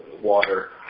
water